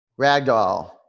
Ragdoll